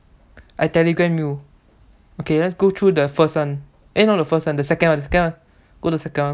I telegram you okay let's go through the first one eh not the first one the second one the second one go to the second one